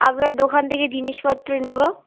আপনার দোকান থেকে জিনিসপত্র নেবো